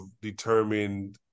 determined